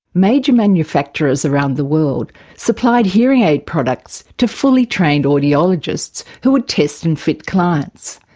major manufactures around the world supplied hearing aid products to fully trained audiologists who would test and fit clients.